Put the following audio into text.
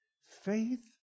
faith